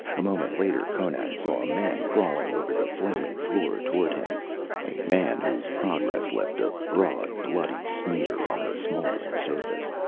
a moment later conan saw a man crawling over the flaming floor toward him a man whose progress left a broad bloody smear on the smoldering surface.